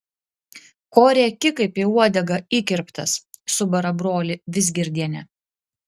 ko rėki kaip į uodegą įkirptas subara brolį vizgirdienė